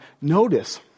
notice